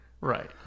Right